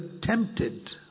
tempted